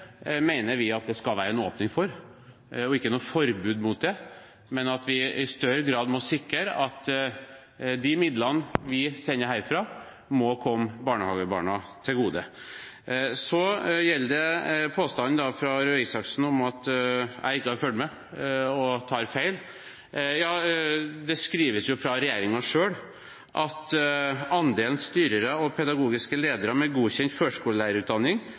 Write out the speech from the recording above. mener vi at det skal være en åpning for, og ikke noe forbud mot det, men at vi i større grad må sikre at de midlene vi sender herfra, kommer barnehagebarna til gode. Så gjelder det påstanden fra Røe Isaksen om at jeg ikke har fulgt med og tar feil. Det skrives fra regjeringen selv at andelen styrere og pedagogiske ledere med godkjent førskolelærerutdanning